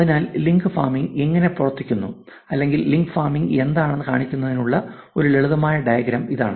അതിനാൽ link farming എങ്ങനെ പ്രവർത്തിക്കുന്നു അല്ലെങ്കിൽ ലിങ്ക് ഫാമിംഗ് എന്താണെന്ന് കാണിക്കുന്നതിനുള്ള ഒരു ലളിതമായ ഡയഗ്രം ഇതാണ്